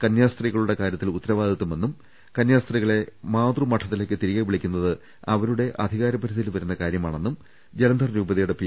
കന്യാസ്ത്രീകളുടെ കാര്യ ത്തിൽ ഉത്തരവാദിത്ഥമെന്നും കന്യാസ്ത്രീകളെ മാതൃമഠത്തി ലേക്ക് തിരികെ വിളിക്കുന്നത് അവരുടെ അധികാര പരിധി യിൽ വരുന്ന കാര്യമാണെന്നും ജലന്ധർ രൂപതയുടെ പി